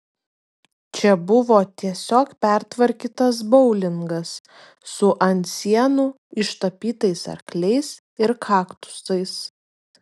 čia buvo tiesiog pertvarkytas boulingas su ant sienų ištapytais arkliais ir kaktusais